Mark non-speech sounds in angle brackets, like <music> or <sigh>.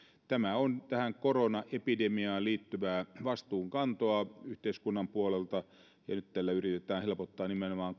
tämä on tähän koronaepidemiaan liittyvää vastuunkantoa yhteiskunnan puolelta ja nyt tällä yritetään helpottaa nimenomaan <unintelligible>